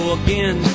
again